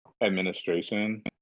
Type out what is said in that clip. administration